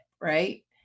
right